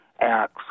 acts